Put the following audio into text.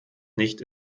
nicht